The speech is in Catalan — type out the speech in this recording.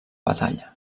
batalla